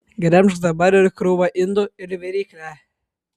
gremžk dabar ir krūvą indų ir viryklę